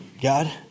God